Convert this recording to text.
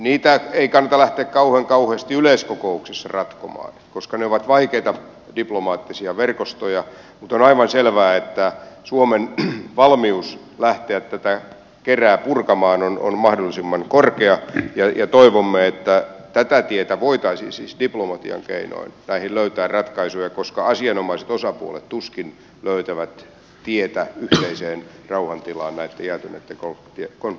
niitä ei kannata lähteä kauheasti yleiskokouksissa ratkomaan koska ne ovat vaikeita diplomaattisia verkostoja mutta on aivan selvää että suomen valmius lähteä tätä kerää purkamaan on mahdollisimman korkea ja toivomme että tätä tietä voitaisiin siis diplomatian keinoin näihin löytää ratkaisuja koska asianomaiset osapuolet tuskin löytävät tietä yhteiseen rauhantilaan kaikkia näkökohtia kun